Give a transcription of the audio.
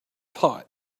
pot